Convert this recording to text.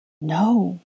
No